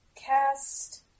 cast